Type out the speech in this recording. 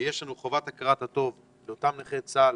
יש לנו חובת הכרת הטוב לאותם נכי צה"ל